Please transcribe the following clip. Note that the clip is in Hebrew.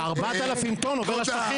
אני לא נכנס לפה.